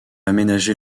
aménager